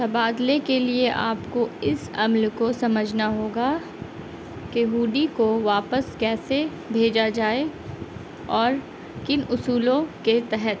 تبادلے کے لیے آپ کو اس عمل کو سمجھنا ہوگا کہ ہوڈی کو واپس کیسے بھیجا جائے اور کن اصولوں کے تحت